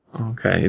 Okay